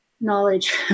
knowledge